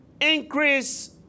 Increase